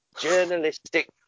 journalistic